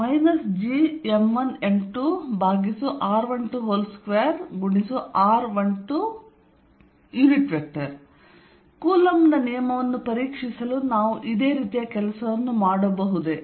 F Gm1m2r122r12 Coulomb ನ ನಿಯಮವನ್ನು ಪರೀಕ್ಷಿಸಲು ನಾವು ಇದೇ ರೀತಿಯ ಕೆಲಸವನ್ನು ಮಾಡಬಹುದೇ